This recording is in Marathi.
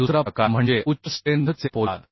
दुसरा प्रकार म्हणजे उच्च स्ट्रेंथचे पोलाद